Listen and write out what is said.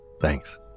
Thanks